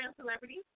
celebrity